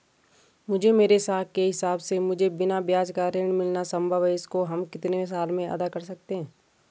मुझे मेरे साख के हिसाब से मुझे बिना ब्याज का ऋण मिलना संभव है इसको हम कितने साल में अदा कर सकते हैं?